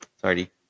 sorry